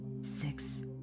six